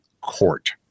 court